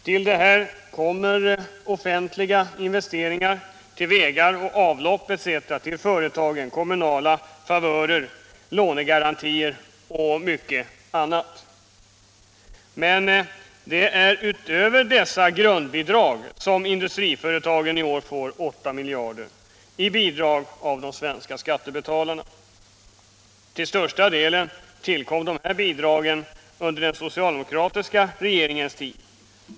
Till det kommer offentliga investeringar till vägar och avlopp etc. till företagen, kommunala favörer, lånegarantier och mycket annat. Men det är utöver dessa ”grundbidrag” som industriföretagen i år får 8 miljarder i bidrag av de svenska skattebetalarna. Till största delen tillkom de här bidragen under den socialdemokratiska regeringens tid.